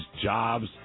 jobs